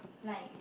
like